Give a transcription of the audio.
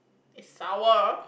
it's sour